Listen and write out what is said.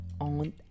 on